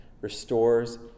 restores